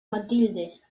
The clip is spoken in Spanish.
matilde